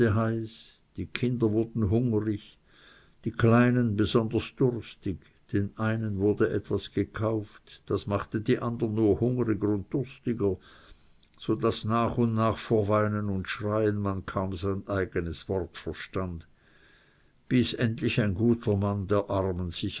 die kinder wurden hungrig die kleinen besonders durstig den einen wurde etwas gekauft das machte die andern nur hungriger und durstiger so daß nach und nach vor weinen und schreien man kaum sein eigenes wort verstand bis endlich ein guter mann der armen sich